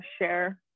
share